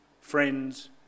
friends